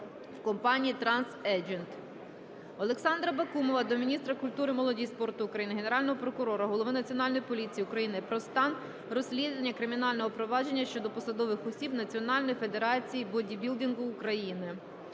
Олександра Бакумова до міністра культури, молоді та спорту України, Генерального прокурора, Голови Національної поліції України про стан розслідування кримінального провадження щодо посадових осіб Національної федерації бодібілдингу України.